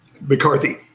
McCarthy